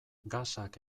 gasak